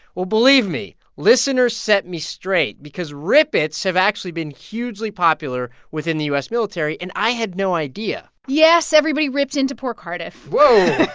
well, believe me listeners set me straight because rip its have actually been hugely popular within the u s. military. and i had no idea yes, everybody ripped into poor cardiff whoa